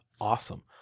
Awesome